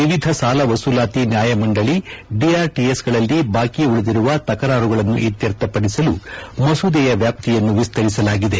ವಿವಿಧ ಸಾಲ ವಸೂಲಾತಿ ನ್ಯಾಯಮಂಡಳಿ ಡಿಆರ್ಟಿಎಸ್ಗಳಲ್ಲಿ ಬಾಕಿ ಉಳಿದಿರುವ ತಕರಾರುಗಳನ್ನು ಇತ್ಯರ್ಥಪಡಿಸಲು ಮಸೂದೆಯ ವ್ಯಾಪ್ತಿಯನ್ನು ವಿಸ್ತರಿಸಲಾಗಿದೆ